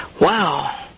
wow